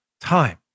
time